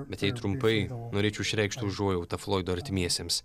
bet jei trumpai norėčiau išreikšti užuojautą floido artimiesiems